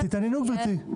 תתעניינו, גברתי.